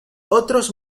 otros